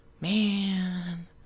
Man